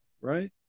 Right